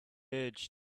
urge